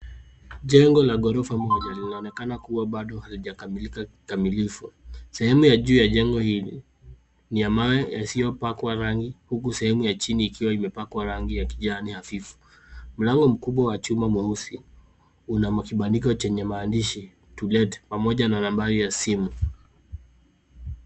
Jengo la ghorofa moja linaonkekana kuwa bado halijakamilika kikamilifu. Sehemu ya juu ya jengo hili ni ya mawe yasiyopakwa rangi huku sehemu ya chini ikiwa imepakwa rangi ya kijani hafifu. Mlango wa chuma mkubwa mweusi una kibandiko chenye maamdishi [cs[To let pamoja na nambari ya simu.